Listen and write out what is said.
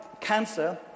cancer